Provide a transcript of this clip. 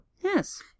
Yes